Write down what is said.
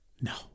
No